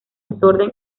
desorden